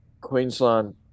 Queensland